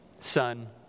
Son